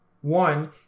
one